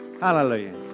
Hallelujah